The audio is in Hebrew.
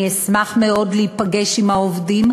אני אשמח מאוד להיפגש עם העובדים,